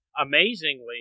amazingly